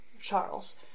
Charles